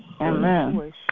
Amen